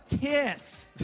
Kiss